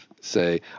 say